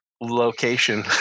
location